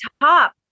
top